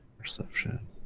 Perception